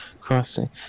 Crossing